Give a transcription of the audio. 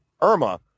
Irma